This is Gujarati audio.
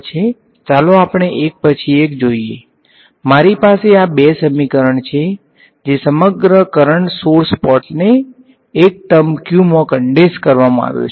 તેથી અહીં ઘણી બધુ મટેરીયલ છે ચાલો આપણે એક પછી એક જોઈએ મારી પાસે આ બે સમીકરણો છે જે સમગ્ર કરંટ સોર્સ પાર્ટને એક ટર્મ Q માં કંડેંસ કરવામાં આવ્યો છે